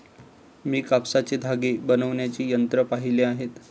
मी कापसाचे धागे बनवण्याची यंत्रे पाहिली आहेत